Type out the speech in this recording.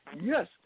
Yes